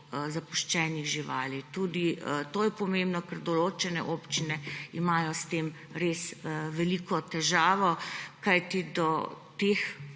zapuščenih živali. Tudi to je pomembno, ker določene občine imajo s tem res veliko težavo, kajti